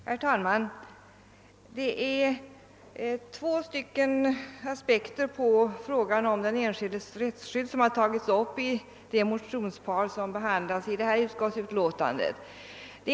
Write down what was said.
Herr talman! Två aspekter på frågan om den enskildes rättsskydd har tagits upp i det motionspar som behandlas i första lagutskottets utlåtande nr 9.